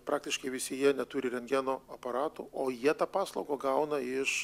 praktiškai visi jie neturi rentgeno aparato o jie tą paslaugą gauna iš